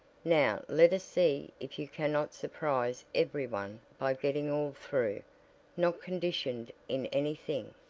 now let us see if you cannot surprise everyone by getting all through not conditioned in anything.